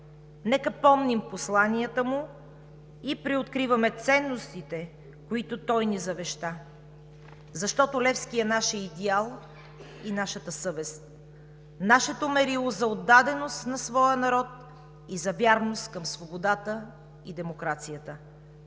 Нека помним посланията му и преоткриваме ценностите, които той ни завеща. Защото Левски е нашият идеал и нашата съвест, нашето мерило за отдаденост на своя народ и за вярност към свободата и демокрацията.